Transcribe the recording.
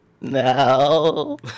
No